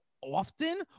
often